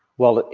well,